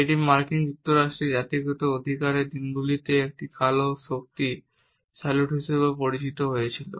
এটি মার্কিন যুক্তরাষ্ট্রে জাতিগত অধিকারের দিনগুলিতে একটি কালো শক্তি স্যালুট হিসাবেও পরিচিত হয়েছিল